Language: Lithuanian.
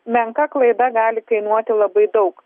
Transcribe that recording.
menka klaida gali kainuoti labai daug